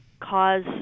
cause